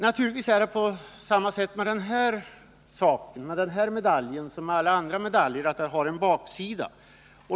Naturligtvis är det på samma sätt med den här medaljen som med alla andra medaljer, att den har en baksida.